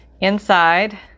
inside